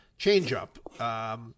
changeup